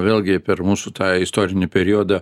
vėlgi per mūsų tą istorinį periodą